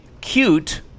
cute